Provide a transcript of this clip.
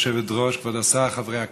כבוד היושבת-ראש, כבוד השר, חברי הכנסת,